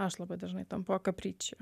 aš labai dažnai tampu a kapričio